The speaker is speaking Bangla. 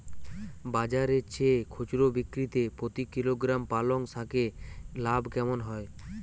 বাজারের চেয়ে খুচরো বিক্রিতে প্রতি কিলোগ্রাম পালং শাকে লাভ কেমন হয়?